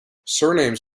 surnames